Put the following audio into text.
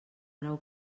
grau